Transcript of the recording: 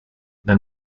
nel